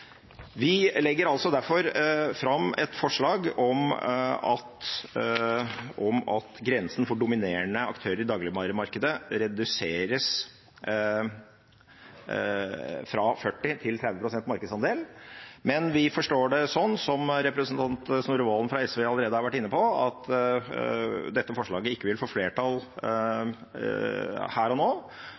Vi legger altså derfor fram et forslag om at grensen for dominerende aktører i dagligvaremarkedet reduseres fra 40 pst. til 30 pst. markedsandel. Men vi forstår det sånn – som representanten Snorre Serigstad Valen allerede har vært inne på – at dette forslaget ikke vil få flertall her og nå.